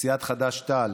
מסיעת חד"ש-תע"ל,